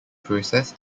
process